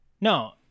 No